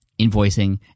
invoicing